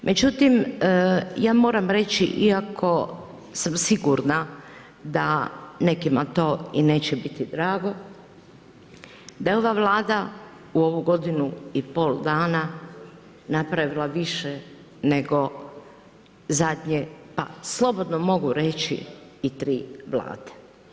Međutim ja moram reći iako sam sigurna da nekima to i neće biti drago, da je ova Vlada u ovih godinu i pol dana napravila više nego zadnje, pa slobodno mogu reći i tri vlade.